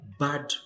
bad